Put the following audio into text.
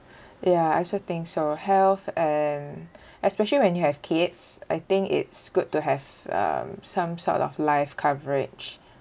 ya I also think so health and especially when you have kids I think it's good to have um some sort of life coverage